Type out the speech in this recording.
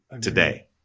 today